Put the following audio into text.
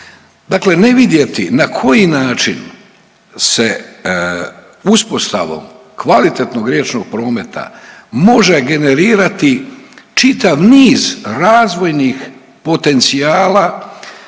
dakle ne vidjeti na koji način se uspostavom kvalitetnog riječnog prometa može generirati čitav niz razvojnih potencijala